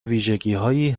ویژگیهایی